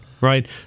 Right